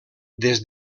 des